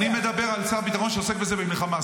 אני מדבר על שר ביטחון שעוסק בזה במלחמה,